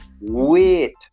Wait